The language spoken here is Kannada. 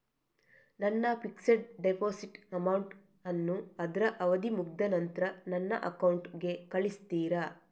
ನನ್ನ ಫಿಕ್ಸೆಡ್ ಡೆಪೋಸಿಟ್ ಅಮೌಂಟ್ ಅನ್ನು ಅದ್ರ ಅವಧಿ ಮುಗ್ದ ನಂತ್ರ ನನ್ನ ಅಕೌಂಟ್ ಗೆ ಕಳಿಸ್ತೀರಾ?